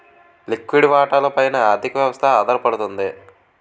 లిక్విడి వాటాల పైన ఆర్థిక వ్యవస్థ ఆధారపడుతుంది